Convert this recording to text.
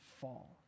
fall